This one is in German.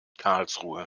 karlsruhe